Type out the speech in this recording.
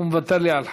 הוא מוותר לי על חמש.